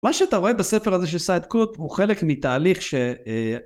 מה שאתה רואה בספר הזה של סייד קוט הוא חלק מתהליך ש...